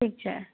ઠીક છે